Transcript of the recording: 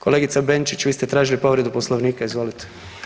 Kolegica Benčić, vi ste tražili povredu Poslovnika, izvolite.